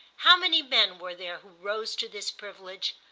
how many men were there who rose to this privilege,